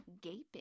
Gaping